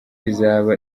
izaba